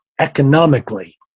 economically